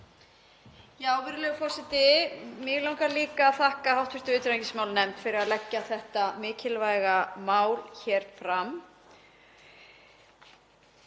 Virðulegur forseti. Mig langar líka að þakka hv. utanríkismálanefnd fyrir að leggja þetta mikilvæga mál hér fram.